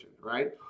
right